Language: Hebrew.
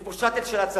יש פה "שאטל" של הצבא,